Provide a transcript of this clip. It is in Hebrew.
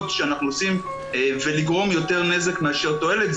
שאנחנו מקבלים ולגרום יותר נזק מאשר תועלת.